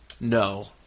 No